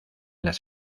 las